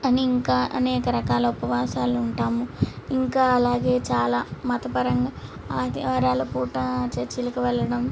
అని ఇంకా అనేక రకాల ఉపవాసాలు ఉంటాము ఇంకా అలాగే చాలా మతపరంగా ఆదివారాల పూట చర్చిలకి వెళ్ళడం